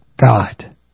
God